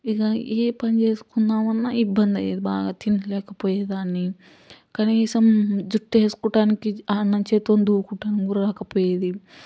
ఇంక ఏ పని చేసుకుందాం అన్నా ఇబ్బంది అయ్యేది బాగా తినలేకపోయేదాన్ని కనీసం జుట్టు వేసుకోటానికి అన్నం చేత్తోని దువ్వుకోవటానికి కూడా రాకపోయేది